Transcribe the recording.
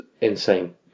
insane